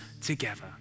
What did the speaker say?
together